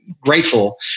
grateful